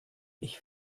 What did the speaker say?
ich